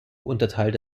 unterteilt